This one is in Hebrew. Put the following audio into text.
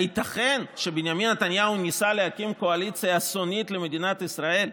הייתכן שבנימין נתניהו ניסה להקים קואליציה אסונית למדינת ישראל?